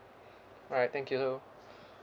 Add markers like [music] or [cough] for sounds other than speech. [breath] alright thank you [breath]